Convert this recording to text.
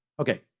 Okay